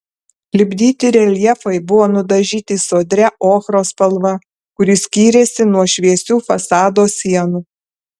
lipdyti reljefai buvo nudažyti sodria ochros spalva kuri skyrėsi nuo šviesių fasado sienų